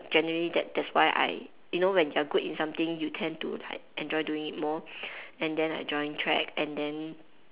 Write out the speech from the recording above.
generally that's that's why I you know when you are good in something you tend to like enjoy doing it more and then I joined track and then